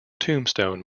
tombstone